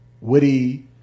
witty